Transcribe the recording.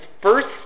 first